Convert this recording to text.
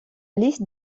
liste